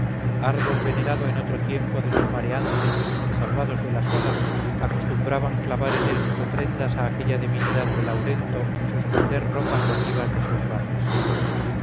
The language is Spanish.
árbol venerado en otro tiempo de los mareantes que salvados de las olas acostumbraban clavar en él sus ofrendas a aquella divinidad de laurento y suspender ropas votivas de sus ramas